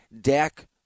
Dak